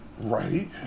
Right